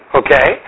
okay